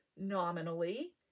Nominally